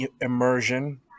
immersion